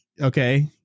okay